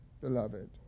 beloved